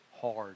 hard